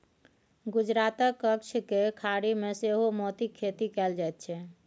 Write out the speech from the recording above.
गुजरातक कच्छ केर खाड़ी मे सेहो मोतीक खेती कएल जाइत छै